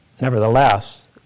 Nevertheless